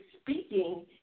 speaking